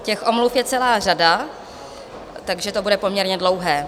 Těch omluv je celá řada, takže to bude poměrně dlouhé.